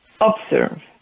observe